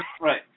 right